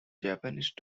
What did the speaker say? japanese